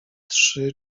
trzy